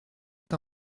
est